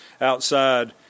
outside